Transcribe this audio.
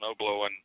snowblowing